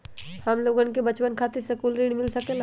हमलोगन के बचवन खातीर सकलू ऋण मिल सकेला?